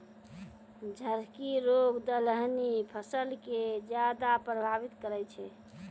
झड़की रोग दलहनी फसल के ज्यादा प्रभावित करै छै